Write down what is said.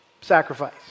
Sacrifice